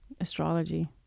astrology